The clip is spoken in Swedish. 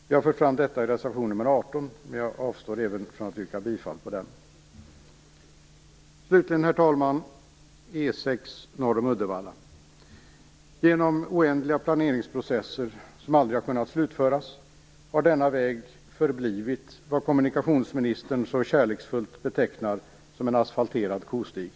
Vi för fram detta i reservation nr 18, men jag avstår även här från att yrka bifall till den. Slutligen, herr talman, har vi frågan om E 6 norr om Uddevalla. På grund av oändliga planeringsprocesser som aldrig har kunnat slutföras har denna väg förblivit vad kommunikationsministern så kärleksfullt betecknar som en asfalterad kostig.